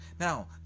Now